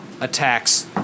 attacks